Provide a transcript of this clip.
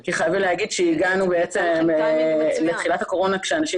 כי חייבים להגיד שהגענו בעצם לתחילת הקורונה כשאנשים